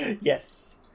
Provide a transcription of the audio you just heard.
Yes